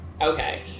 okay